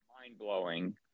mind-blowing